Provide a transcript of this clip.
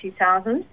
2000